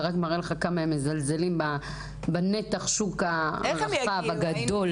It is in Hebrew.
זה רק מראה לך כמה הם מזלזלים בנתח השוק הרחב והגדול הזה.